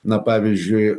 na pavyzdžiui